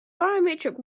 biometric